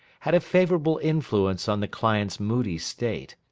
had a favourable influence on the client's moody state,